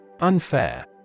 Unfair